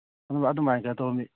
ꯎꯝꯑꯗꯨꯃꯥꯏꯅ ꯀꯩꯅꯣ ꯇꯧꯔꯝꯅꯤ